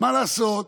מה לעשות,